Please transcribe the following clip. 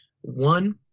One